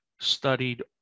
studied